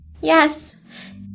Yes